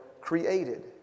created